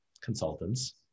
consultants